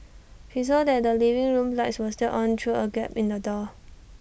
she saw that the living room lights were still on through A gap in the door